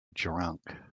drunk